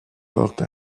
porte